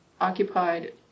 occupied